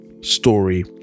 story